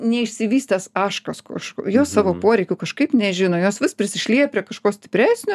neišsivystęs taškas kaž jos savo poreikių kažkaip nežino jos vis prisišlieja prie kažko stipresnio